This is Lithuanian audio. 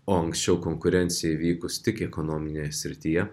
o anksčiau konkurencijai vykus tik ekonominėje srityje